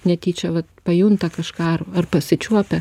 netyčia pajunta kažką ar ar pasičiuopia